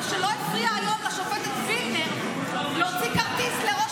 מה שלא הפריע היום לשופטת וילנר להוציא כרטיס לראש